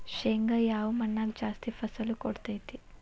ಶೇಂಗಾ ಯಾವ ಮಣ್ಣಾಗ ಜಾಸ್ತಿ ಫಸಲು ಕೊಡುತೈತಿ?